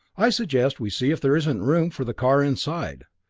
i suggest, we see if there isn't room for the car inside.